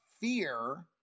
fear